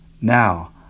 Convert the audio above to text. Now